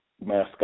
mascot